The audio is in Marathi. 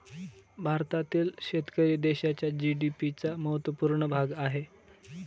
भारतातील शेतकरी देशाच्या जी.डी.पी चा महत्वपूर्ण भाग आहे